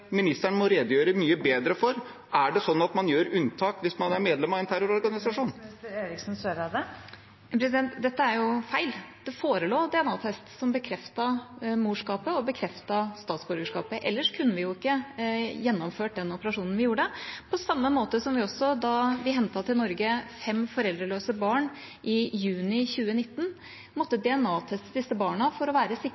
ministeren må redegjøre mye bedre for. Er det sånn at man gjør unntak hvis det er et medlem av en terrororganisasjon? Dette er jo feil. Det forelå DNA-test som bekreftet morskapet og bekreftet statsborgerskapet, ellers kunne vi ikke gjennomført den operasjonen vi gjorde, på samme måte som da vi hentet fem foreldreløse barn til Norge i juni 2019, og måtte